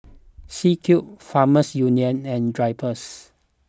C Cube Farmers Union and Drypers